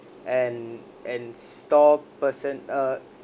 and and store person uh